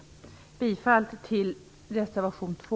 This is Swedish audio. Jag yrkar bifall till reservation 2.